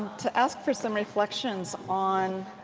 to ask for some reflection on